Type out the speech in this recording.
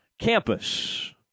Campus